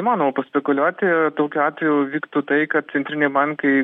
įmanoma paspekuliuoti tokiu atveju vyktų tai kad centriniai bankai